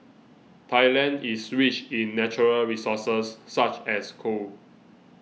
Thailand is rich in natural resources such as coal